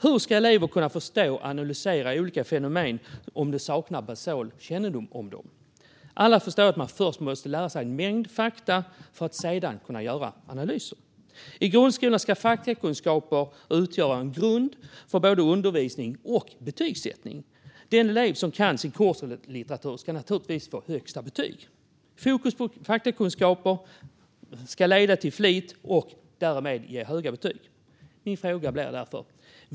Hur ska elever kunna förstå och analysera olika fenomen om de saknar basal kännedom om dem? Alla förstår att man först måste lära sig en mängd fakta för att sedan kunna göra analyser. I grundskolan ska faktakunskaper utgöra en grund för både undervisning och betygsättning. Den elev som kan sin kurslitteratur ska naturligtvis få högsta betyg. Fokus på faktakunskaper ska leda till flit och därmed ge höga betyg.